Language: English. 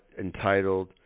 entitled